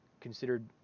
considered